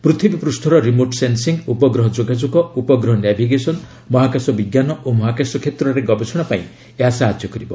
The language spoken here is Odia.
ପୃଥିବୀ ପୃଷ୍ଠର ରିମୋଟ୍ ସେନ୍ସିଙ୍ଗ୍ ଉପଗ୍ରହ ଯୋଗାଯୋଗ ଉପଗ୍ରହ ନାଭିଗେସନ୍ ମହାକାଶ ବିଜ୍ଞାନ ଓ ମହାକାଶ କ୍ଷେତ୍ରରେ ଗବେଷଣା ପାଇଁ ଏହା ସାହାଯ୍ୟ କରିବ